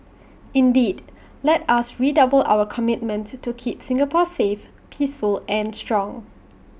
indeed let us redouble our commitment to keep Singapore safe peaceful and strong